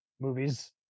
movies